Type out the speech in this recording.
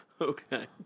Okay